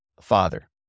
Father